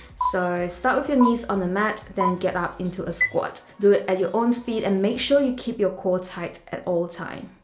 so start with your knees on the mat then get up into a squat. do it at your own speed and make sure you keep your core tight at all times.